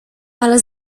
ale